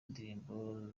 indirimbo